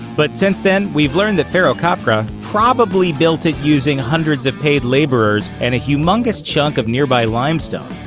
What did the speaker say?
but since then, we've learned that pharaoh khafre ah probably built it using hundreds of paid laborers and a humongous chunk of nearby limestone.